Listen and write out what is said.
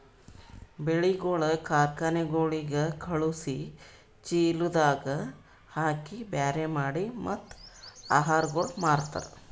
ಬೆಳಿಗೊಳ್ ಕಾರ್ಖನೆಗೊಳಿಗ್ ಖಳುಸಿ, ಚೀಲದಾಗ್ ಹಾಕಿ ಬ್ಯಾರೆ ಮಾಡಿ ಮತ್ತ ಆಹಾರಗೊಳ್ ಮಾರ್ತಾರ್